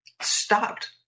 stopped